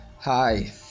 hi